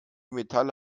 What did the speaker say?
metalle